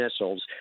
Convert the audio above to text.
missiles